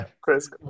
Chris